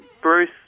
Bruce